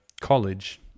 college